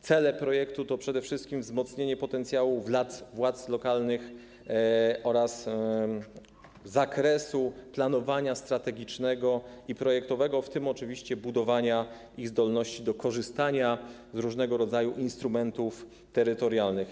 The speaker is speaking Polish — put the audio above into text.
Celem projektu jest przede wszystkim wzmocnienie potencjału władz lokalnych oraz zakresu planowania strategicznego i projektowego, w tym oczywiście budowanie ich zdolności do korzystania z różnego rodzaju instrumentów terytorialnych.